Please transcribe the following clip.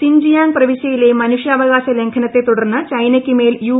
Xinjiang പ്രവിശ്യയിലെ മനുഷ്യാവകാശ ലംഘനത്തെ തുടർന്ന് ചൈനയ്ക്ക് മേൽ യു